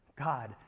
God